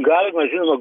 galima žinoma